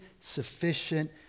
sufficient